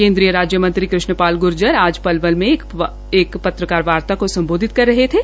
केन्द्रीय राज्य मंत्री कृष्ण पाल ग्र्जर आज पलवल में एक प्रेसवार्ता को सम्बोधित कर रहे थे